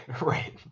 right